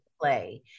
play